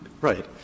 right